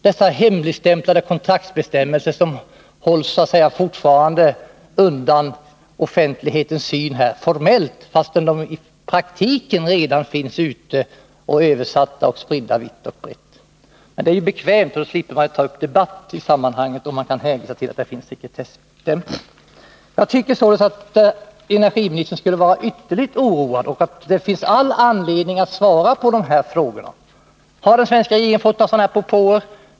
Här i Sverige är kontraktsbestämmelserna hemligstämplade — de hålls så att säga formellt fortfarande undan offentlighetens ögon, fastän de i praktiken redan är översatta och spridda vitt och brett. Men det är bekvämt; man slipper ju ta upp en debatt i sammanhanget, och man kan hänvisa till att det finns sekretessbestämmelser. Jag tycker således att arbetsmarknadsministern skulle vara ytterligt oroad. Det finns all anledning att svara på de här frågorna: Har den svenska regeringen fått sådana här propåer?